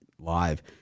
live